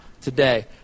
today